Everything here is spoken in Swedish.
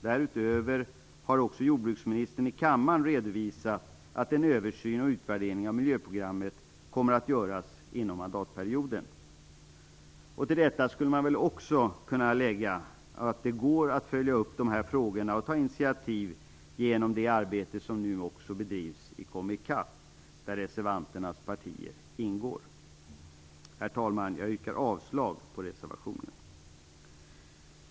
Därutöver har också jordbruksministern i kammaren redovisat att en översyn och utvärdering av miljöprogrammet kommer att göras inom mandatperioden. Till detta skulle man också kunna lägga att det går att följa upp dessa frågor och ta initiativ genom det arbete som nu också bedrivs i Komi Kopp, där reservanternas partier ingår. Herr talman! Jag yrkar avslag på reservationen.